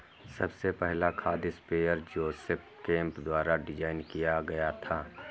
सबसे पहला खाद स्प्रेडर जोसेफ केम्प द्वारा डिजाइन किया गया था